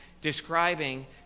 describing